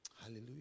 Hallelujah